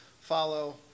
follow